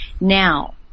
Now